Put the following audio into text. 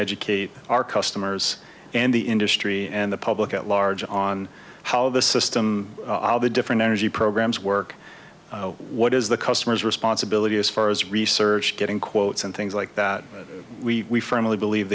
educate our customers and the industry and the public at large on how the system ah the different energy programs work what is the customer's responsibility as far as research getting quotes and things like that we firmly believe